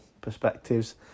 perspectives